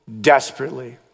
desperately